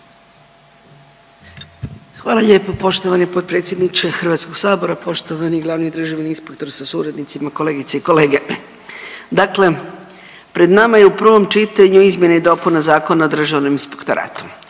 Hvala lijepo poštovani potpredsjedniče Hrvatskog sabora, poštovani glavni državni inspektor sa suradnicima, kolegice i kolege. Dakle, pred nama je u prvom čitanju izmjene i dopune Zakona o državnom inspektoratu.